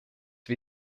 wir